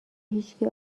هیچکی